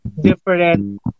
different